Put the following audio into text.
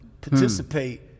participate